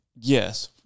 Yes